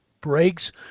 breaks